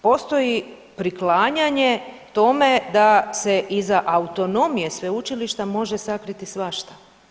Postoji priklanjanje tome da se iza autonomije sveučilišta može sakriti svašta.